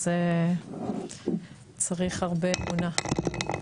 אז צריך הרבה אמונה.